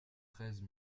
treize